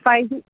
five G